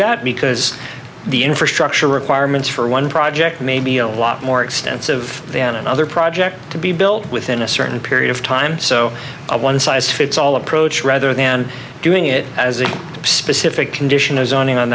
that because the infrastructure requirements for one project may be a lot more extensive than another project to be built within a certain period of time so a one size fits all approach rather than doing it as a specific condition of zoning on